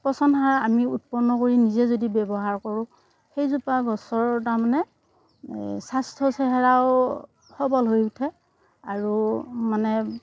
পচন সাৰ আমি উৎপন্ন কৰি নিজে যদি ব্যৱহাৰ কৰোঁ সেইজোপা গছৰো তাৰমানে এই স্বাস্থ্য় চেহেৰাও সৱল হৈ উঠে আৰু মানে